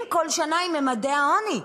בכל שנה גדלים ממדי העוני.